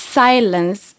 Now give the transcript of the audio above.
silence